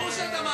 ברור שאתה מעדיף,